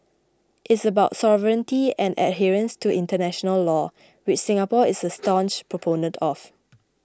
it's about sovereignty and adherence to international law which Singapore is a staunch proponent of